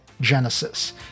Genesis